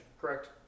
correct